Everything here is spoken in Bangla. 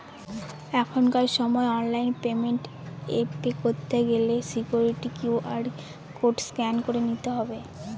এখনকার সময় অনলাইন পেমেন্ট এ পে করতে গেলে সিকুইরিটি কিউ.আর কোড স্ক্যান করে নিতে হবে